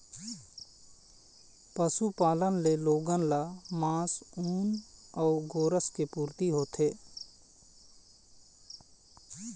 पशुपालन ले लोगन ल मांस, ऊन अउ गोरस के पूरती होथे